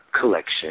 collection